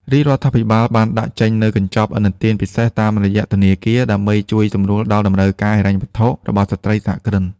រាជរដ្ឋាភិបាលបានដាក់ចេញនូវកញ្ចប់ឥណទានពិសេសតាមរយៈធនាគារ ដើម្បីជួយសម្រួលដល់តម្រូវការហិរញ្ញវត្ថុរបស់ស្ត្រីសហគ្រិន។